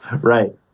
Right